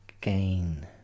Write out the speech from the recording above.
gain